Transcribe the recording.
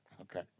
Okay